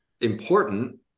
important